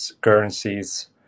currencies